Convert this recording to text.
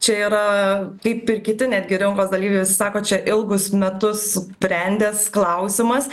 čia yra kaip ir kiti netgi rinkos dalyviai sako čia ilgus metus brendęs klausimas